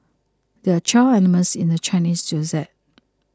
there are twelve animals in the Chinese zodiac